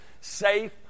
safe